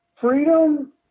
Freedom